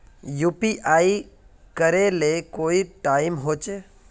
UPI करे ले कोई टाइम होचे?